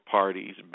parties